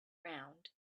round